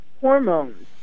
hormones